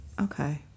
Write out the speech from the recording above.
okay